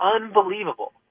unbelievable